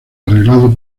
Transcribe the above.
arreglado